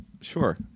Sure